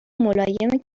ملایم